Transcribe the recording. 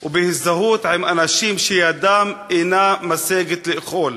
ובהזדהות עם אנשים שידם אינה משגת לאכול.